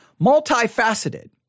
multifaceted